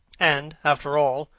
and, after all,